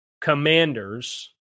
Commanders